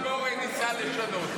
רק הרב גורן ניסה לשנות.